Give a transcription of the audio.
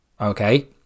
okay